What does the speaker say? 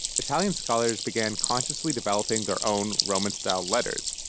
italian scholars began consciously developing their own roman-style letters,